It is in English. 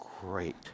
great